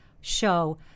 show